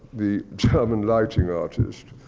the tavern lighting artist.